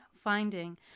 finding